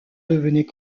devenait